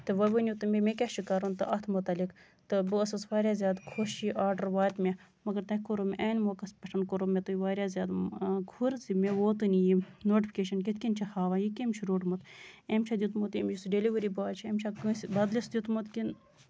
تہٕ وۄنۍ ؤنِو مےٚ تُہۍ مےٚ کیاہ چھُ کَرُن تہٕ اَتھ مُتعلِق تہٕ بہٕ ٲسٕس واریاہ زیادٕ خۄش یہِ آرڈر واتہِ مےٚ مَگر تۄہہِ کوٚروُ مےٚ عین موقَس پٮ۪ٹھ کوٚرو مےٚ تۄہہِ واریاہ زیادٕ کھُر زِ مےٚ ووتُے نہٕ زِ یہِ نوٹِفِکیشَن کِتھ کٔنۍ چھُ ہاوان یہِ یہِ کٔمۍ چھُ روٚٹمُت أمۍ چھا دیُتمُت یُس یہِ ڈٮ۪لؤری بوے چھُ أمۍ چھا کٲنسہِ بَدلِس دیُتمُت کِنہٕ